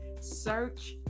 Search